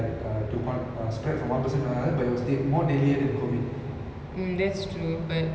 like with COVID right like கஸ்டோ:kasto lah they figure out how it you know transmits from one person to another because like